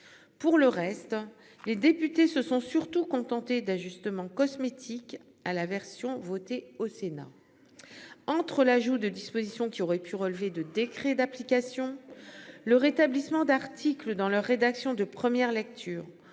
Pour le reste, les députés se sont surtout contentés d'ajustements cosmétiques à la version votée au Sénat. Entre l'ajout de dispositions qui aurait pu relever de décrets d'application, le rétablissement d'articles dans la rédaction de première lecture